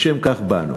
לשם כך באנו.